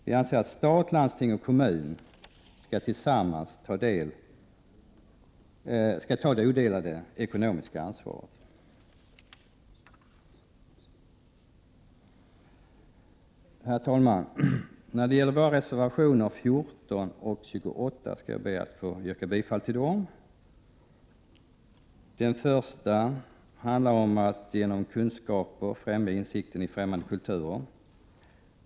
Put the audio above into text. Vi anser att staten, landsting och kommuner tillsammans skall ta det ekonomiska ansvaret i det sammanhanget. Herr talman! Jag yrkar bifall till våra reservationer 14 och 28. Reservation 14 handlar om att man genom kunskaper kan främja insikten i främmande kulturer.